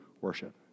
worship